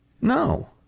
No